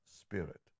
spirit